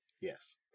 Yes